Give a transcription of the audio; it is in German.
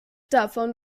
davon